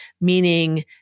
meaning